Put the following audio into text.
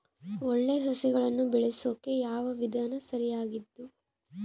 ಒಳ್ಳೆ ಸಸಿಗಳನ್ನು ಬೆಳೆಸೊಕೆ ಯಾವ ವಿಧಾನ ಸರಿಯಾಗಿದ್ದು?